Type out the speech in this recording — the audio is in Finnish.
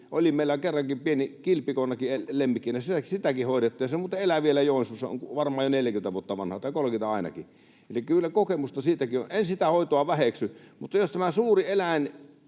Oli meillä kerran pieni kilpikonnakin lemmikkinä, sitäkin hoidettiin, ja se muuten elää vielä Joensuussa. On varmaan jo 40 vuotta vanha, tai 30 ainakin. Eli kyllä kokemusta siitäkin on. En sitä hoitoa väheksy, mutta jos tämä suuri eläin,